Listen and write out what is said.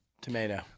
Tomato